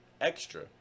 extra